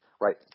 Right